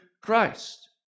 Christ